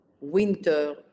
winter